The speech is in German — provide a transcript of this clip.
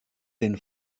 den